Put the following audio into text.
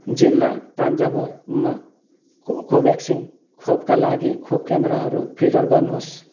जिल्ला तञ्जावुरमा कोभ्याक्सिन खोपका लागि खोप केन्द्रहरू फिल्टर गर्नुहोस्